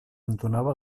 entonava